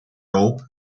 rope